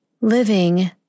living